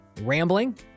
rambling